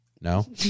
No